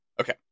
Okay